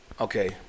Okay